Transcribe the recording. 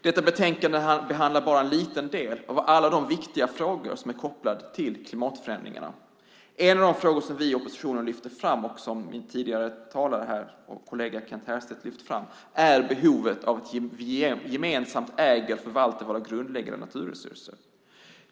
Detta betänkande behandlar bara en liten del av alla de viktiga frågor som är kopplade till klimatförändringarna. En av de frågor vi i oppositionen lyfter fram, och som min kollega Kent Härstedt lyfte fram, är behovet av att vi gemensamt äger och förvaltar våra grundläggande naturresurser.